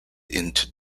into